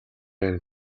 байна